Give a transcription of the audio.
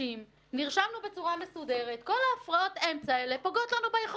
בעיקר כלפי הציבור שעבורו אנו מקיימים דיון פתוח כזה,